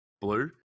blue